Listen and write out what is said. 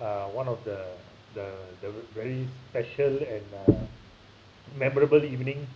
uh one of the the the very special and uh memorable evening